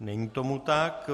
Není tomu tak.